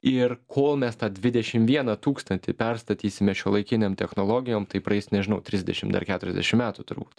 ir kol mes tą dvidešim vieną tūkstantį perstatysime šiuolaikinėm technologijom tai praeis nežinau trisdešim dar keturiasdešim metų turbūt